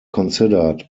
considered